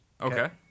Okay